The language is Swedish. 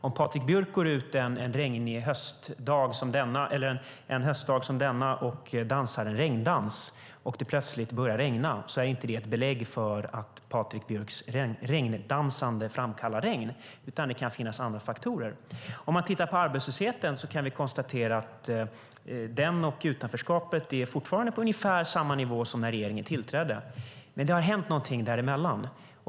Om Patrik Björck går ut en höstdag som denna och dansar en regndans och det plötsligt börjar regna är det inte ett belägg för att Patrik Björcks regndansande framkallar regn. Det kan bero på andra faktorer. Vi kan konstatera att arbetslösheten och utanförskapet är på ungefär samma nivå som när regeringen tillträdde. Men det har hänt något under tiden.